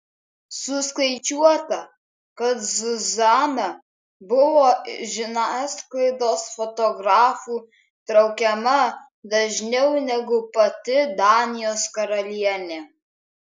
suskaičiuota kad zuzana buvo žiniasklaidos fotografų traukiama dažniau negu pati danijos karalienė